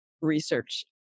research